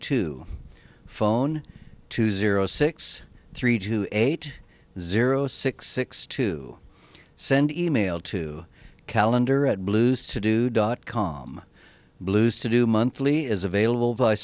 two phone two zero six three two eight zero six six to send email to calendar at blues to do dot com blues to do monthly is available by